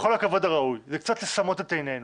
בכל הכבוד הראוי, זה קצת לסמא את עינינו